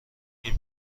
این